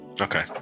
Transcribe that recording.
Okay